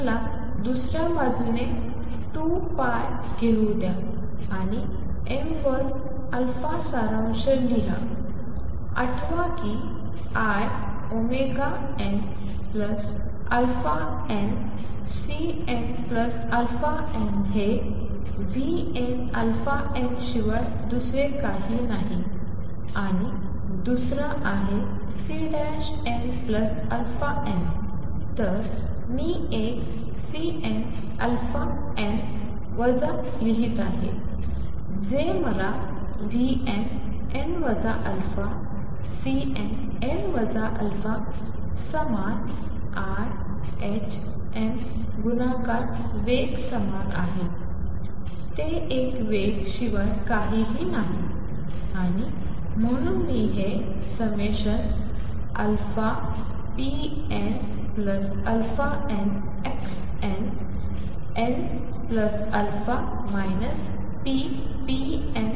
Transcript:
मला दुसऱ्या बाजूने 2 π घेऊ द्या आणि m वर α सारांश लिहा आठवा की inαnCnαn हे vnαn शिवाय दुसरे काही नाही आणि दुसरा आहे Cnα nतर मी एक Cnαn वजा लिहित आहे जे मला vnn αCnn α समान iℏm गुणाकार वेग समान आहे ते एक वेग शिवाय काहीही नाही आणि म्हणून मी हे pnαn xnnα ppnn α xn αniℏ